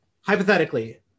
Hypothetically